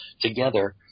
together